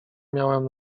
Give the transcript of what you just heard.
miałam